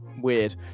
weird